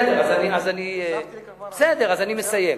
אני מסיים.